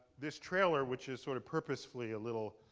this trailer, which is sort of purposefully a little